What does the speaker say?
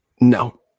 No